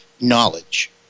knowledge